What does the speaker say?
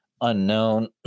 unknown